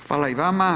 Hvala i vama.